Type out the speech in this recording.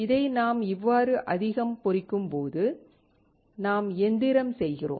இதை நாம் இவ்வாறு அதிகம் பொறிக்கும்போது நாம் எந்திரம் செய்கிறோம்